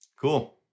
cool